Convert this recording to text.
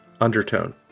undertone